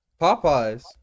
Popeyes